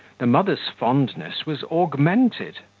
the mother's fondness was augmented,